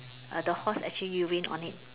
uh the horse actually urine on it